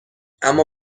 اما